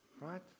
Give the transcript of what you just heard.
Right